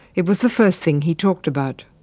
it was the first thing he talked about.